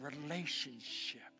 relationship